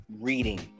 reading